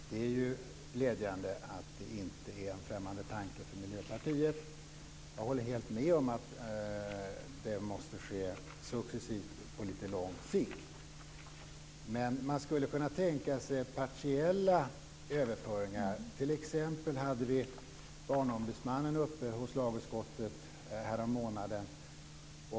Fru talman! Det är glädjande att det inte är en främmande tanke för Miljöpartiet. Jag håller helt med om att det måste ske successivt och på lite lång sikt. Man skulle kunna tänka sig partiella överföringar. Barnombudsmannen var uppe hos lagutskottet härom månaden.